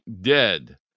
dead